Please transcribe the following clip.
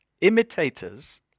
imitators